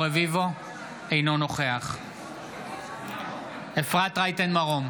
אינו נוכח אפרת רייטן מרום,